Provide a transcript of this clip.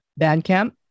Bandcamp